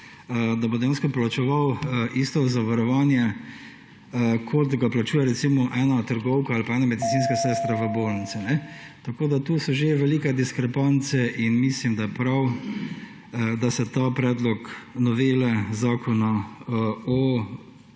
dejansko plačeval isto zavarovanje, kot ga plačuje recimo ena trgovka ali ena medicinska sestra v bolnici. Tu so že velike diskrepance in mislim, da je prav, da se ta predlog novele Zakona o